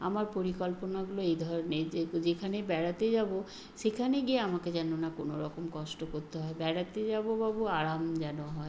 আমার পরিকল্পনাগুলো এই ধরনের যেখানে বেড়াতে যাবো সেখানে গিয়ে আমাকে যেন না কোনো রকম কষ্ট করতে হয় বেড়াতে যাবো বাবু আরাম যেন হয়